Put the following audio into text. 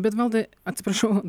bet valdai atsiprašau